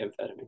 amphetamine